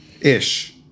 Ish